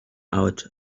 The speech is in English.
out